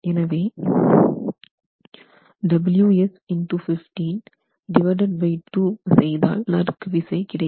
எனவே ws x 15m நீளம் 2 செய்தால் நறுக்கு விசை கிடைக்கும்